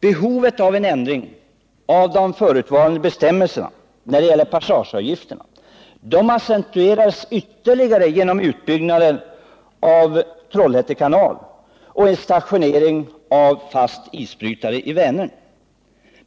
Behovet av en ändring av förutvarande bestämmelser när det gäller passageavgifterna accentuerades ytterligare genom utbyggnaden av Trollhätte kanal och stationeringen av fast isbrytare i Vänern.